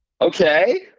Okay